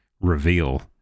reveal